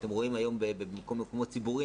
אתם רואים היום במקומות ציבוריים,